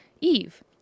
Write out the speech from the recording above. Eve